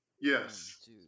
yes